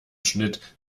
schnitt